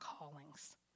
callings